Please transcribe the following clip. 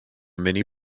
mini